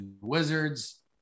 Wizards